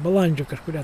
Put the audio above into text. balandžio kažkurią